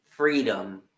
Freedom